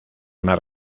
más